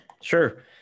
Sure